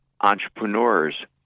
entrepreneurs